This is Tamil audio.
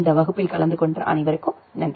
இந்த வகுப்பில் கலந்து கொண்ட அனைவருக்கும் நன்றி